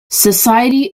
society